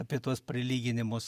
apie tuos prilyginimus